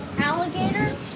Alligators